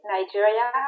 Nigeria